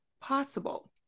possible